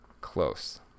Close